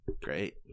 Great